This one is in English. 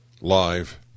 live